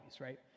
right